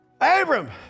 Abram